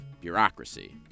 bureaucracy